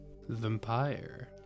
Vampire